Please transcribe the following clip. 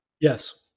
Yes